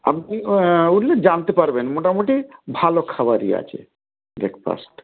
আপনি উঠলে জানতে পারবেন মোটামুটি ভালো খাবারই আছে ব্রেকফাস্ট